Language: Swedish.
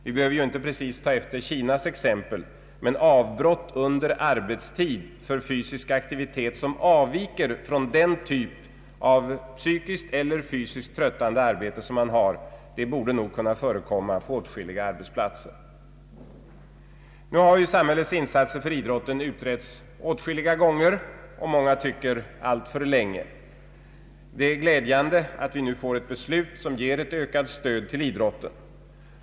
Vi behöver inte precis ta efter Kinas exempel, men avbrott under arbetstiden för fysisk aktivitet som avviker från den typ av psykiskt eller fysiskt tröttande arbete som utförs bör nog förekomma på åtskilliga arbetsplatser. Samhällets insatser för idrotten har utretts åtskilliga gånger; många tycker alltför länge. Det är glädjande att vi nu får ett beslut som ger ökat stöd till idrotien.